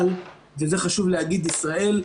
אבל, וזה חשוב להגיד, ישראל,